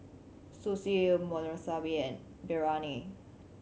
Sushi Monsunabe and Biryani